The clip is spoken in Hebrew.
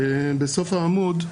לסוף העמוד.